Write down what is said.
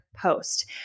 post